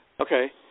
Okay